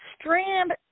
Strand